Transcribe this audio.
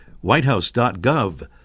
Whitehouse.gov